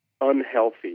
unhealthy